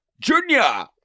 Junior